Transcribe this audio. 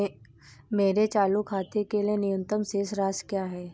मेरे चालू खाते के लिए न्यूनतम शेष राशि क्या है?